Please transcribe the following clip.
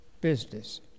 business